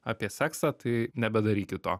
apie seksą tai nebedarykit to